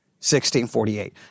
1648